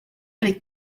avec